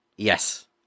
Yes